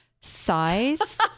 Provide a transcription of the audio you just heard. size